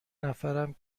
نفرم